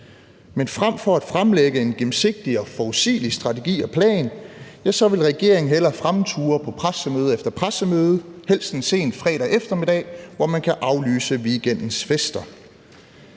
Men frem for at fremlægge en gennemsigtig og forudsigelig strategi og plan vil regeringen hellere fremture på pressemøde efter pressemøde, helst en sen fredag eftermiddag, hvor man kan aflyse weekendens fester.